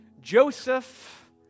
joseph